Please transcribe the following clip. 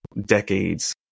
decades